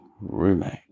roommate